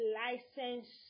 license